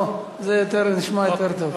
אוה, זה נשמע יותר טוב.